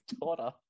daughter